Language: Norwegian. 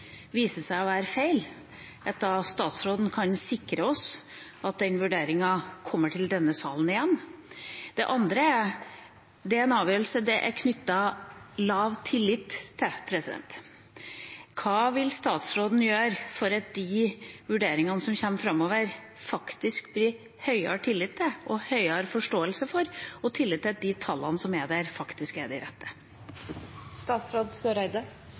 viser seg at de tallene som er lagt fram, er feil, kan forsikre oss om at den vurderingen kommer til denne salen igjen. Det andre er at dette er en avgjørelse det er knyttet lav tillit til. Hva vil statsråden gjøre for at en får høyere tillit til de vurderingene som kommer framover, og høyere forståelse for og tillit til at de tallene som er der, faktisk er